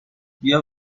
بیا